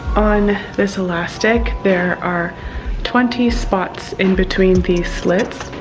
on this elastic there are twenty spots in between these slits.